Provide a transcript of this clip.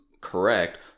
correct